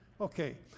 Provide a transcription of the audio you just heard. Okay